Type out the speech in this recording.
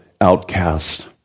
outcast